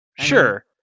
Sure